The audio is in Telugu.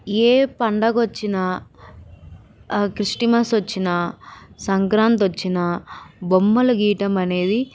ఏ పండగ వచ్చినా క్రిస్మస్ వచ్చినా సంక్రాంతి వచ్చినా బొమ్మల గీయటం అనేది